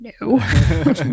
no